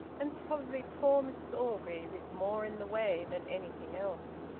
and probably poor mrs orgreave is more in the way than anything else.